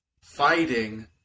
fighting